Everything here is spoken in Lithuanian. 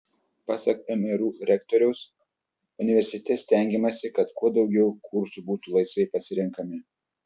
pasak mru rektoriaus universitete stengiamasi kad kuo daugiau kursų būtų laisvai pasirenkami